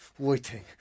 waiting